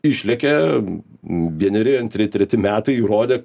išlekia vieneri antri treti metai įrodė